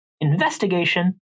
investigation